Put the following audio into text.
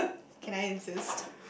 can I insist